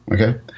okay